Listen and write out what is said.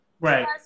right